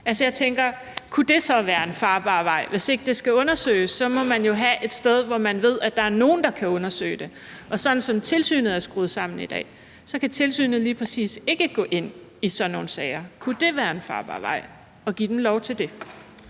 Altså, jeg tænker: Kunne det så være en farbar vej? Hvis ikke det skal undersøges, må man jo have et sted, hvor man ved at der er nogen, der kan undersøge det. Og sådan som tilsynet er skruet sammen i dag, kan tilsynet lige præcis ikke gå ind i sådan nogle sager. Kunne det være en farbar vej at give dem lov til det?